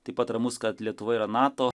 taip pat ramus kad lietuva yra nato